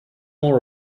more